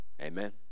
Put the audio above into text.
Amen